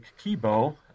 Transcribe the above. Kibo